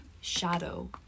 Shadow